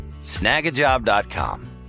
Snagajob.com